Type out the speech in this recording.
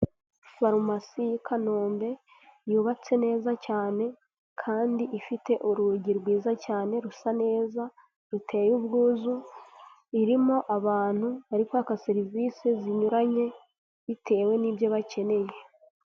Farumasi y'i Kanombe yubatse neza cyane kandi ifite urugi rwiza cyane rusa neza, ruteye ubwuzu, irimo abantu bari kwaka serivisi zinyuranye bitewe n'ibyo bakeneye.